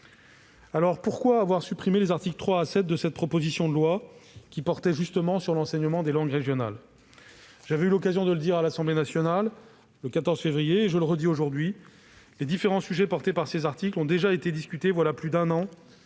Alors, pourquoi avoir supprimé les articles 3 à 7 de cette proposition de loi, qui portaient justement sur l'enseignement des langues régionales ? J'ai eu l'occasion de le dire à l'Assemblée nationale le 14 février dernier, et je le redis aujourd'hui : les différents sujets traités dans ces articles ont déjà été discutés voilà plus d'un an